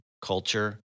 culture